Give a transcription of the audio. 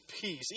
peace